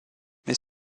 mais